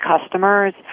customers